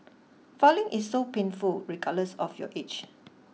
filing is so painful regardless of your age